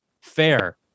Fair